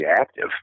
active